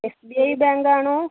S B I ബാങ്കാണോ